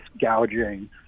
gouging